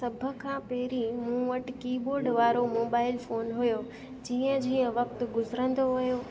सभु खां पहिरीं मूं वटि की बोड वारो मोबाइल फ़ोन हुओ जीअं जीअं वक़्तु गुज़िरंदो हुओ